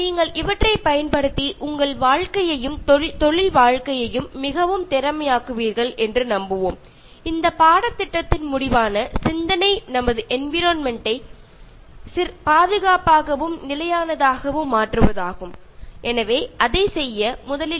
നിങ്ങൾ ഇതൊക്കെ നിങ്ങളുടെ ജീവിതത്തിലും ജോലിയിലും വളരെ കാര്യക്ഷമമായി ഉപയോഗിക്കും എന്ന് പ്രതീക്ഷിച്ചുകൊണ്ട് ഈ കോഴ്സിന്റെ അവസാനഘട്ടത്തിൽ നമ്മുടെ ചുറ്റുപാടിനെ എങ്ങനെ സുരക്ഷിതമായി നിലനിർത്താം എന്നതിനെ കുറിച്ച് ചിന്തിക്കാം